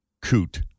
coot